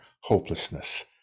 hopelessness